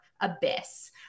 abyss